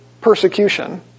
persecution